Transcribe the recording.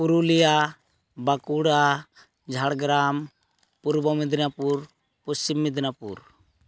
Purulia Bankura Jhargram Purba Medinipur Paschim Midnapore